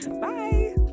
Bye